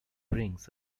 rings